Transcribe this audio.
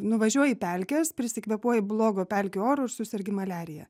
nuvažiuoji į pelkes prisikvėpuoji blogo pelkių oro ir susergi maliarija